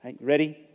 Ready